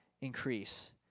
increase